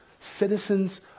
citizens